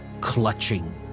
clutching